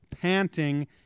panting